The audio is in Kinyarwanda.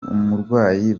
umurwayi